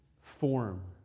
form